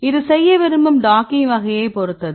இது செய்ய விரும்பும் டாக்கிங் வகையைப் பொறுத்தது